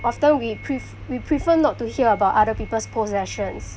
after all we pref~ we prefer not to hear about other people's possessions